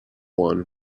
one